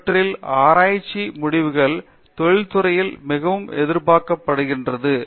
அவற்றில் ஆராய்ச்சி முடிவுகள் தொழில் துறையில் மிகவும் எதிர்பார்க்க படுகிறது